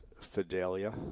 Fidelia